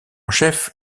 chef